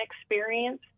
experience